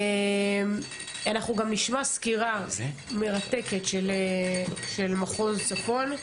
אנחנו נשמע סקירה מרתקת של מחוז צפון,